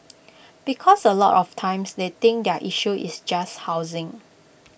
because A lot of times they think their issue is just housing